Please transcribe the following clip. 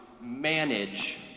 manage